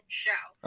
show